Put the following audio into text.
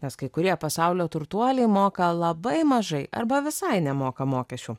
nes kai kurie pasaulio turtuoliai moka labai mažai arba visai nemoka mokesčių